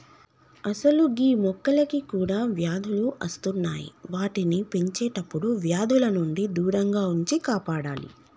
అసలు గీ మొక్కలకి కూడా వ్యాధులు అస్తున్నాయి వాటిని పెంచేటప్పుడు వ్యాధుల నుండి దూరంగా ఉంచి కాపాడాలి